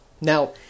Now